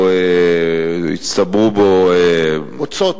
שהצטברו בו, בוצות.